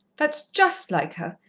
that's just like her!